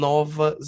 Nova